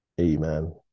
Amen